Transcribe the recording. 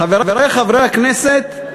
חברי חברי הכנסת,